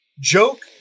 joke